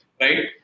right